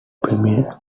premier